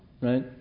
right